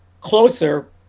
closer